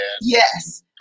Yes